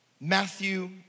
Matthew